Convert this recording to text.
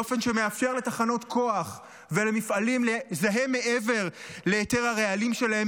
באופן שמאפשר לתחנות כוח ולמפעלים לזהם מעבר להיתר הרעלים שלהם,